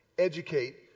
educate